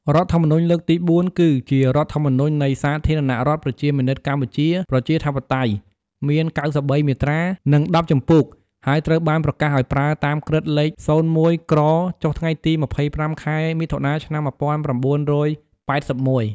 រដ្ឋធម្មនុញ្ញលើកទី៤ គឺជារដ្ឋធម្មនុញ្ញ នៃសាធារណរដ្ឋប្រជាមានិតកម្ពុជាប្រជាធិបតេយ្យ មាន៩៣ មាត្រា និង១០ ជំពូក ហើយត្រូវបានប្រកាសឲ្យប្រើតាមក្រឹត្យ លេខ ០១ក្រ ចុះថ្ងៃទី ២៥ ខែមថុនា ឆ្នាំ ១៩៨១។